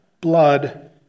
blood